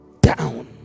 down